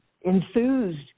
enthused